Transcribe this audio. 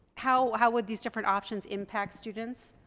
how how would these different options impact students